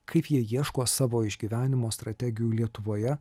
kaip jie ieško savo išgyvenimo strategijų lietuvoje